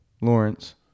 Lawrence